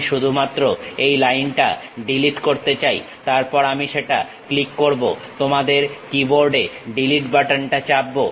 আমি শুধুমাত্র এই লাইনটা ডিলিট করতে চাই তারপর আমি সেটা ক্লিক করব তোমাদের কিবোর্ড এ ডিলিট বাটনটা চাপবো